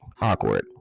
awkward